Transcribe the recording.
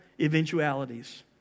eventualities